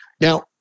Now